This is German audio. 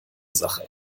sache